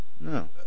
No